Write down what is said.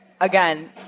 again